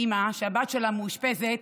מאימא שהבת שלה מאושפזת